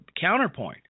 counterpoint